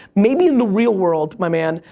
maybe in the real world, my man,